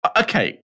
okay